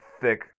thick